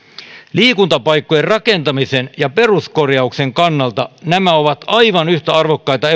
liikuntapaikkojen rakentamisen ja peruskorjauksen kannalta nämä ovat aivan yhtä arvokkaita